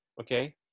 Okay